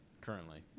currently